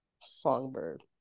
Songbird